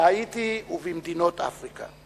בהאיטי ובמדינות אפריקה.